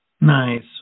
nice